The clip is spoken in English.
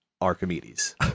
Archimedes